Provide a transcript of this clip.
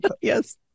Yes